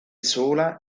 sola